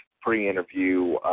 pre-interview